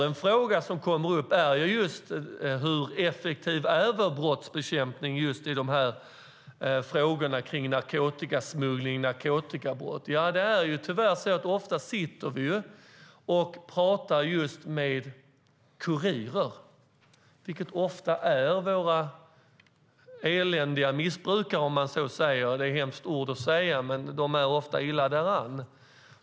En fråga som kommer upp är: Hur effektiv är vår brottsbekämpning just när det gäller narkotikasmuggling och narkotikabrott? Ja, det är tyvärr så att vi ofta sitter och pratar med kurirer, vilka ofta är våra eländiga missbrukare, om man så säger. Det är ett hemskt ord att säga, men de är ofta illa däran.